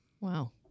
wow